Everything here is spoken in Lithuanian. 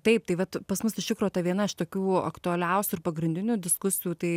taip tai vat pas mus iš tikro ta viena tokių toliausių ir pagrindinių diskusijų tai